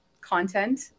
content